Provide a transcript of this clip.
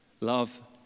Love